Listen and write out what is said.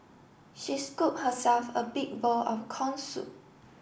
she scooped herself a big bowl of corn soup